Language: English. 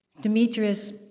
Demetrius